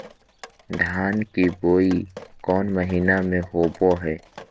धान की बोई कौन महीना में होबो हाय?